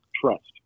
trust